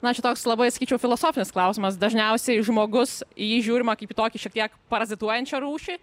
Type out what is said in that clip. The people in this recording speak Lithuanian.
na čia toks labai sakyčiau filosofinis klausimas dažniausiai žmogus į jį žiūrima kaip į tokį šiek tiek parazituojančią rūšį